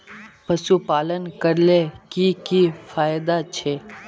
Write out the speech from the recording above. पशुपालन करले की की फायदा छे?